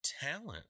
talent